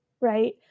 right